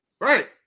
Right